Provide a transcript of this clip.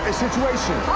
situation.